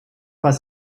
was